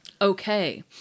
okay